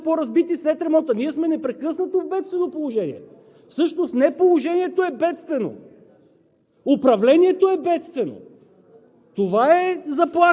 Ако пътищата са разбити преди ремонта, те стават още по-разбити след ремонта. Ние сме непрекъснато в бедствено положение! Всъщност не положението е бедствено!